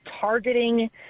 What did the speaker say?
targeting